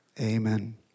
Amen